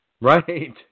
Right